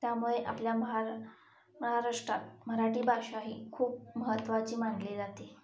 त्यामुळे आपल्या महा महाराष्ट्रात मराठी भाषा ही खूप महत्त्वाची मानली जाते